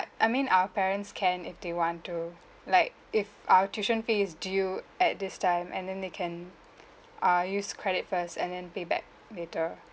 I mean our parents can if they want to like if our tuition fee is due at this time and then they can uh use credit first and then pay back later